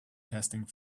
testing